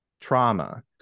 trauma